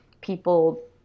people